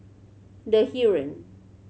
The Heeren